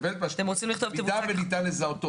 במידה וניתן לזהותו